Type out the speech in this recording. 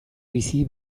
bizi